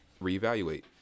reevaluate